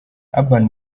urban